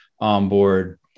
onboard